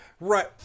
Right